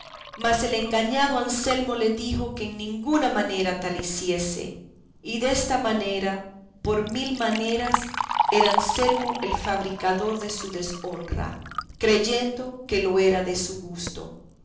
mas el engañado anselmo le dijo que en ninguna manera tal hiciese y desta manera por mil maneras era anselmo el fabricador de su deshonra creyendo que lo era de su gusto